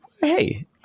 Hey